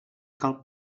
cal